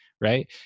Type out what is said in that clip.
right